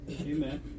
Amen